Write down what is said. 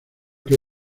que